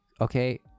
Okay